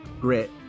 grit